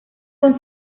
con